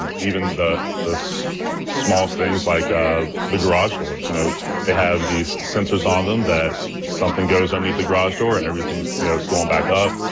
and even the small things like ah the garage doors, you know they have these sensors on them that something goes underneath the garage door, everything is you know is going back up.